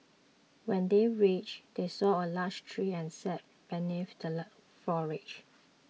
when they reached they saw a large tree and sat beneath the foliage